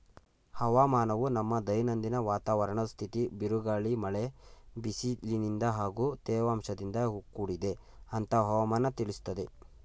ಹವಾಮಾನವು ನಮ್ಮ ದಿನನತ್ಯದ ವಾತಾವರಣದ್ ಸ್ಥಿತಿ ಬಿರುಗಾಳಿ ಮಳೆ ಬಿಸಿಲಿನಿಂದ ಹಾಗೂ ತೇವಾಂಶದಿಂದ ಕೂಡಿದೆ ಅಂತ ಹವಾಮನ ತಿಳಿಸ್ತದೆ